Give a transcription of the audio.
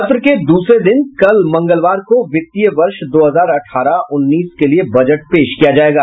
सत्र के दूसरे दिन मंगलवार को वित्तीय वर्ष दो हजार अठारह उन्नीस के लिए बजट पेश किया जायेगा